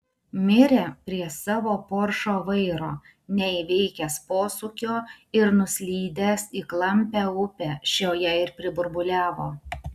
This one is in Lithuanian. mirė prie savo poršo vairo neįveikęs posūkio ir nuslydęs į klampią upę šioje ir priburbuliavo